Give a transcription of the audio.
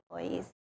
employees